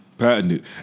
Patented